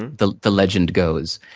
and the the legend goes.